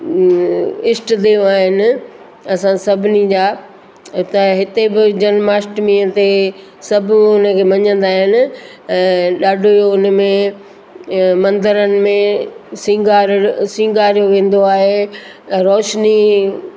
ईष्ट देव आहिनि असां सभिनी जा त हिते बि जन्माष्टमीअ ते सभु हुन में मञींदा आहिनि ऐं ॾाढो हुन में मंदरनि में श्रृंगार श्रृंगारियो वेंदो आहे रोशिनी